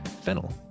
fennel